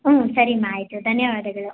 ಹ್ಞೂ ಸರೀಮಾ ಆಯಿತು ಧನ್ಯವಾದಗಳು